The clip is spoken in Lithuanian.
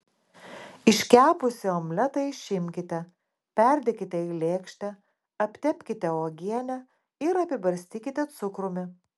iškepusį omletą išimkite perdėkite į lėkštę aptepkite uogiene ir apibarstykite cukrumi